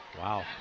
Wow